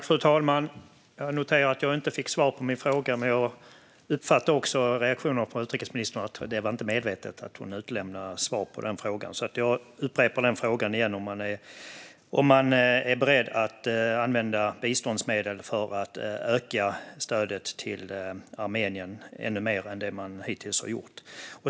Fru talman! Jag noterar att jag inte fick svar på min fråga, men jag uppfattade också av reaktionen från utrikesministern att hon inte medvetet utelämnade svaret på frågan. Jag upprepar därför frågan: Är man beredd att använda biståndsmedel för att öka stödet till Armenien ännu mer än det man hittills har gjort?